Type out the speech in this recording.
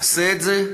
נעשה את זה,